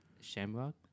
shamrock